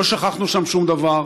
לא שכחנו שם שום דבר,